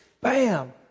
Bam